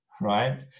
right